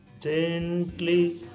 Gently